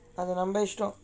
continuous